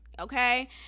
okay